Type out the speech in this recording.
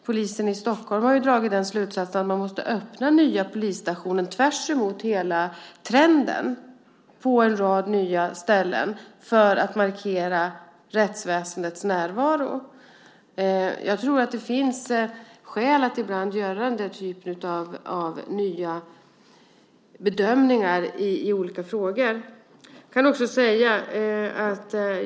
Polisen i Stockholm har ju tvärt emot trenden dragit slutsatsen att man måste öppna nya polisstationer på en rad nya ställen för att markera rättsväsendets närvaro. Jag tror att det finns skäl att ibland göra denna typ av nya bedömningar i olika frågor.